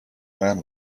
man